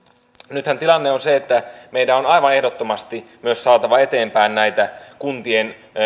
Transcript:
nythän tilanne on se että meidän on aivan ehdottomasti saatava eteenpäin myös näitä kuntien